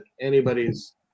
anybody's